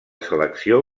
selecció